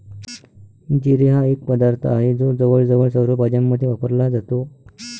जिरे हा एक पदार्थ आहे जो जवळजवळ सर्व भाज्यांमध्ये वापरला जातो